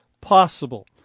possible